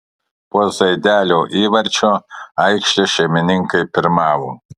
po zaidelio įvarčio aikštės šeimininkai pirmavo